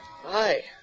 hi